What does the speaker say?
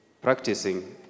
practicing